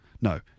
No